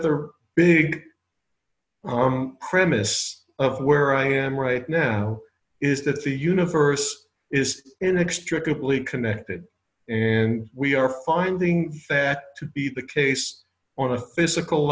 other big premise of where i am right now is that the universe is inextricably connected and we are finding that to be the case on a physical